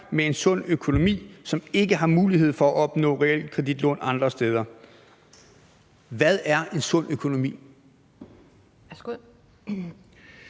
med en sund økonomi, som ikke har mulighed for at opnå realkreditlån andre steder. Hvad er en sund økonomi?